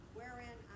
wherein